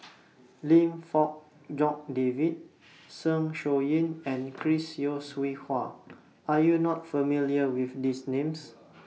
Lim Fong Jock David Zeng Shouyin and Chris Yeo Siew Hua Are YOU not familiar with These Names